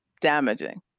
damaging